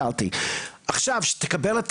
אם לצורך הצלת חיי אדם נדרש 1.8 ק"מ מצוין,